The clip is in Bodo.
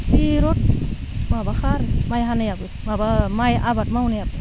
बिराद माबाखा आरो माइ हानायाबो माबा माइ आबाद मावनायाबो